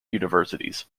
universities